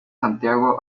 santiago